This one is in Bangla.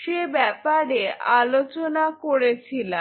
সে ব্যাপারে আলোচনা করেছিলাম